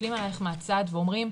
מסתכלים עלייך מהצד ואומרים,